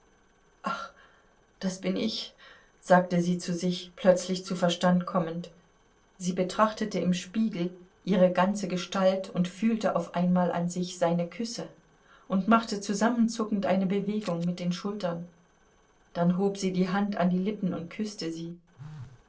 ach das bin ich sagte sie zu sich plötzlich zu verstand kommend sie betrachtete im spiegel ihre ganze gestalt und fühlte auf einmal an sich seine küsse und machte zusammenzuckend eine bewegung mit den schultern dann hob sie die hand an die lippen und küßte sie